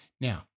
Now